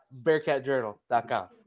BearcatJournal.com